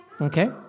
Okay